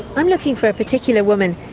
i'm looking for a particular woman,